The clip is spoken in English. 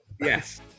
Yes